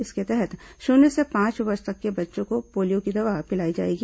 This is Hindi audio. इसके तहत शून्य से पांच वर्ष तक के बच्चों को पोलियो की दवा पिलाई जाएगी